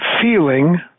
feeling